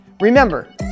Remember